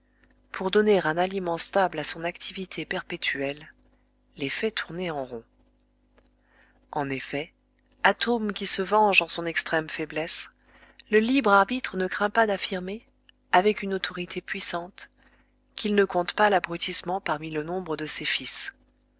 pour donner un aliment stable à son activité perpétuelle les fait tourner en rond en effet atome qui se venge en son extrême faiblesse le libre arbitre ne craint pas d'affirmer avec une autorité puissante qu'il ne compte pas l'abrutissement parmi le nombre de ses fils